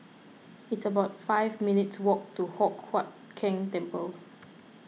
it's about five minutes' walk to Hock Huat Keng Temple